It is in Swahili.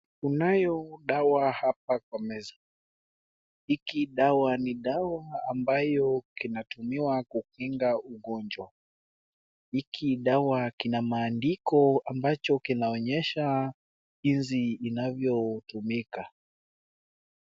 Kunayo dawa hapa kwa meza. Hiki dawa ni dawa ambayo kinatumiwa kukinga ugonjwa. Hiki dawa kina maandiko ambacho kinaonyesha jinsi inavyotumika.